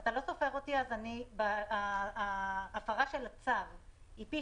אתה לא סופר אותי, אז ההפרה של הצו היא פי